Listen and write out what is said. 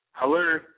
Hello